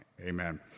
Amen